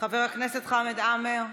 חבר הכנסת חמד עמאר,